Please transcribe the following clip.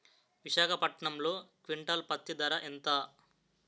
విశాఖపట్నంలో క్వింటాల్ పత్తి ధర ఎంత?